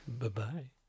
Bye-bye